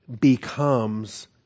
becomes